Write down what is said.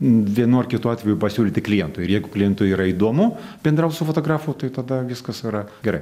vienu ar kitu atveju pasiūlyti klientui ir jeigu klientui yra įdomu bendraut su fotografu tai tada viskas yra gerai